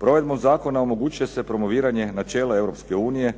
Provedbom zakona omogućuje se promoviranje načela Europske unije